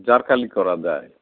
জাৰকালি কৰা যায়